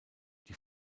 die